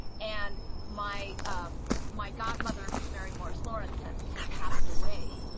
and my my godmother, mary morris lawrence had had passed away,